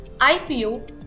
IPO